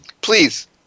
Please